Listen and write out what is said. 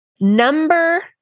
Number